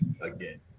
again